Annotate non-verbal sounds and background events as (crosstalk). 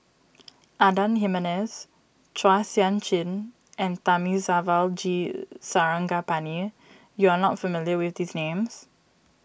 (noise) Adan Jimenez Chua Sian Chin and Thamizhavel G Sarangapani you are not familiar with these names